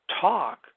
talk